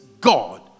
God